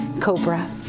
Cobra